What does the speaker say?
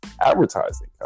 advertising